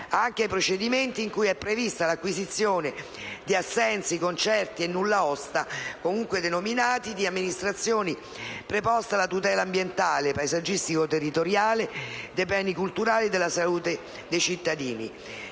anche nei procedimenti «in cui è prevista l'acquisizione di assensi, concerti o nulla osta comunque denominati di amministrazioni preposte alla tutela ambientale, paesaggistico-territoriale, dei beni culturali e della salute dei cittadini».